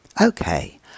Okay